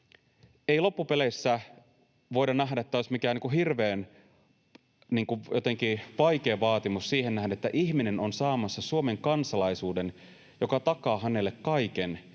ei loppupeleissä voida nähdä, että tämä olisi mikään hirveän vaikea vaatimus siihen nähden, että ihminen on saamassa Suomen kansalaisuuden, joka takaa hänelle kaiken.